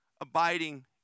Abiding